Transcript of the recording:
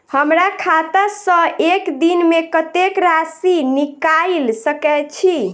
हमरा खाता सऽ एक दिन मे कतेक राशि निकाइल सकै छी